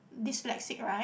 dyslexic right